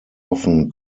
often